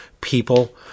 people